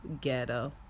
ghetto